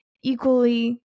equally